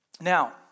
Now